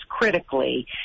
critically